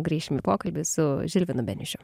grįšim į pokalbį su žilvinu beniušiu